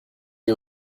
mis